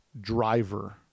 driver